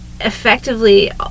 effectively